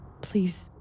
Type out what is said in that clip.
Please